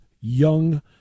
young